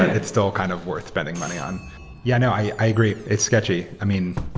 it's still kind of worth spending money on yeah. no, i agree. it's sketchy. i mean,